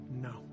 no